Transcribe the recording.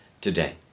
today